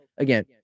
Again